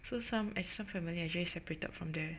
so some some family actually separated from there